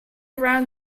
around